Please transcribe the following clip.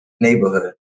neighborhood